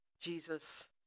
Jesus